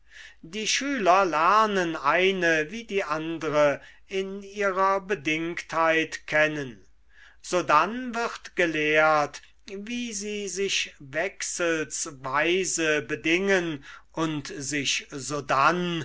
die schüler lernen eine wie die andre in ihrer bedingtheit kennen sodann wird gelehrt wie sie sich wechselsweise bedingen und sich sodann